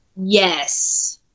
Yes